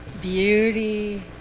beauty